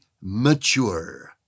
mature